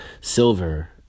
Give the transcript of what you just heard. Silver